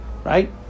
Right